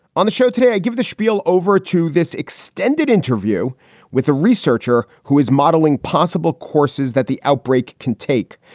on the show today, i give the spiel over to this extended interview with a researcher who is modeling possible courses that the outbreak can take.